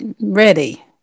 ready